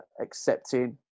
accepting